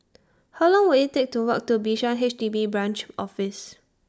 How Long Will IT Take to Walk to Bishan H D B Branch Office